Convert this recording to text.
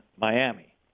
Miami